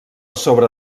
sobre